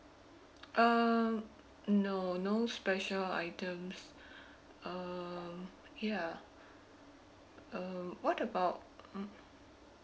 um no no special items um ya um what about mm